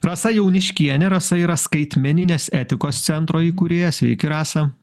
rasa jauniškienė rasa yra skaitmeninės etikos centro įkūrėja sveiki rasa